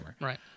Right